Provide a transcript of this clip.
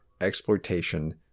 exploitation